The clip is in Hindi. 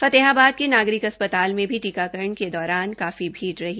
फतेहाबाद में नागरिक अस्पताल में भी टीकाकरण के दौश्रान काफी भीड़ रही